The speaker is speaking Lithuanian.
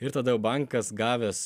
ir tada jau bankas gavęs